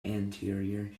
anterior